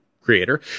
creator